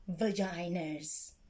vaginas